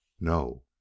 No